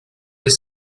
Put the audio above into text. est